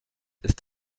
ist